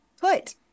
put